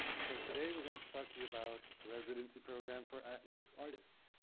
so today we're going to talk to you about a residency program for at-risk artists.